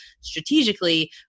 strategically